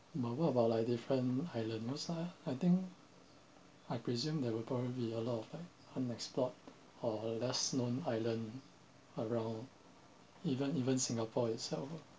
but what about like different island looks like ah I think I presume that we're probably a lot of like unexplored or less known island around even even singapore itself ah